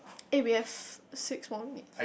eh we have six more minutes